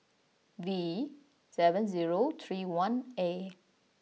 V seven zero three one A